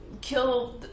kill